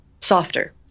softer